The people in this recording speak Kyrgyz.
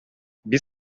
биз